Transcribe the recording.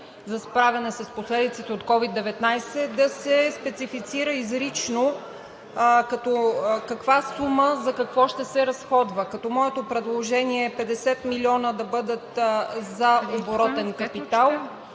за справяне с последиците от COVID-19, да се специфицира изрично като каква сума за какво ще се разходва. Моето предложение е 50 милиона да бъдат за оборотен капитал